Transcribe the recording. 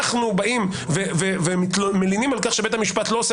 אנחנו באים ומלינים על כך שבית המשפט לא עושה